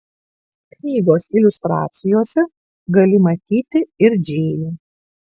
knygos iliustracijose gali matyti ir džėjų